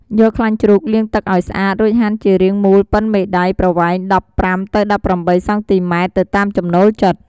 យកខ្លាញ់ជ្រូកលាងទឹកឱ្យស្អាត រួចហាន់ជារៀងមូលប៉ុនមេដៃប្រវែង ១៥ ទៅ ១៨ សង់ទីម៉ែត្រ ទៅតាមចំណូលចិត្ត។